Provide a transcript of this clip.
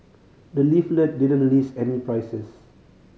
the leaflet didn't list any prices